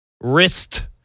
wrist